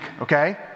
okay